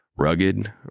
rugged